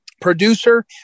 producer